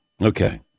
Okay